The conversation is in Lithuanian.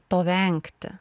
to vengti